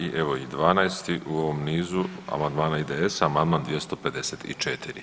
I evo i 12. u ovom nizu amandmana IDS-a, amandman 254.